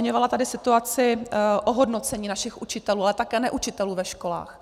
Zmiňovala tady situaci ohodnocení našich učitelů, ale také neučitelů ve školách.